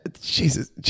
Jesus